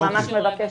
אני ממש מבקשת.